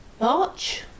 March